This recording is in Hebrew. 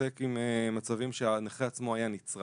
מתעסק עם מצבים שהנכה עצמו היה נצרך,